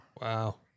wow